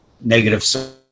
negative